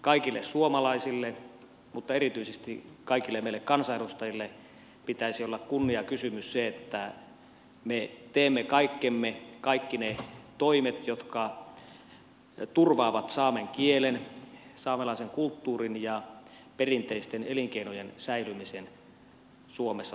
siksi kaikille suomalaisille mutta erityisesti kaikille meille kansanedustajille pitäisi olla kunniakysymys että me teemme kaikkemme kaikki ne toimet jotka turvaavat saamen kielen saamelaisen kulttuurin ja perinteisten elinkeinojen säilymisen suomessa tulevaisuudessakin